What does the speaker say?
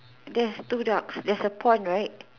there's two ducks there's a pond right